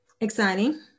exciting